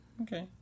Okay